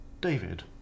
David